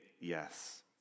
Yes